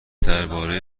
درباره